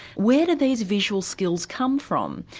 where do these visual skills come from?